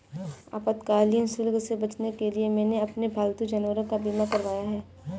आपातकालीन शुल्क से बचने के लिए मैंने अपने पालतू जानवर का बीमा करवाया है